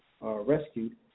rescued